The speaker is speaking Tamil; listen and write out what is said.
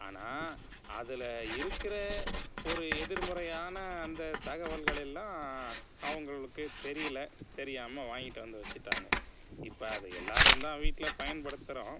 ஆனால் அதில் இருக்கிற ஒரு எதிர்மறையான அந்த தகவல்கள் எல்லாம் அவங்களுக்கு தெரியலை தெரியாமல் வாங்கிட்டு வந்து வச்சுட்டாங்க இப்போ அதை எல்லோரும் தான் வீட்டில் பயன்படுத்துகிறோம்